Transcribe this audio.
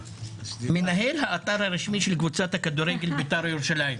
"מנהל האתר הרשמי של קבוצת הכדורגל ביתר ירושלים".